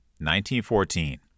1914